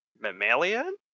Mammalian